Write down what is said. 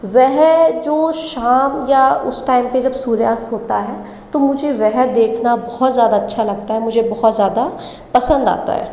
वह जो शाम या उस टाइम पे जब सूर्यास्त होता है तो मुझे वह देखना बहुत ज़्यादा अच्छा लगता है मुझे बहुत ज़्यादा पसंद आता है